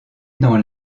dans